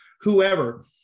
whoever